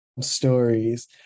stories